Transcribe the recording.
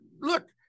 look